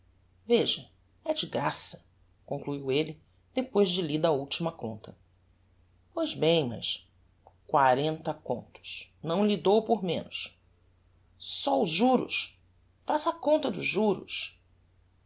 veja é de graça concluiu elle depois de lida a ultima conta pois bem mas quarenta contos não lhe dou por menos só os juros faça a conta dos juros